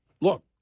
look